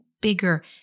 bigger